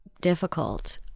difficult